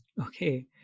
Okay